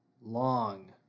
long